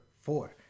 four